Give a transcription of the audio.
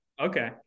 Okay